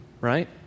right